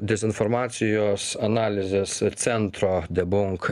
dezinformacijos analizės centro debonk